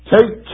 Take